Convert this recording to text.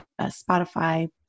Spotify